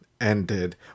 ended